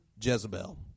Jezebel